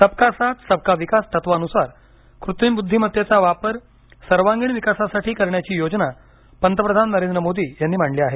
सबका साथ सबका विकास तत्वानुसार कृत्रिम बुद्धीमत्तेचा वापर सर्वागीण विकासासाठी करण्याची योजना पंतप्रधान नरेंद्र मोदी यांनी मांडली आहे